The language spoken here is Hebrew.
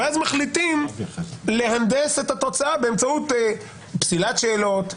ואז מחליטים להנדס את התוצאה באמצעות פסילת שאלות,